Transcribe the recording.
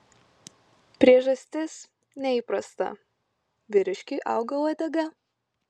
priežastis neįprasta vyriškiui auga uodega